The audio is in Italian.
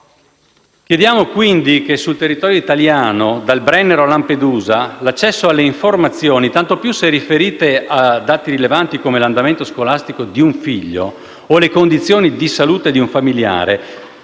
Chiediamo quindi che sul territorio italiano, dal Brennero a Lampedusa, l'accesso alle informazioni, tanto più se riferite a dati rilevanti come l'andamento scolastico di un figlio o le condizioni di salute di un familiare,